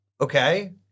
Okay